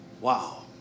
Wow